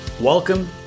Welcome